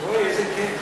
אוי איזה כיף.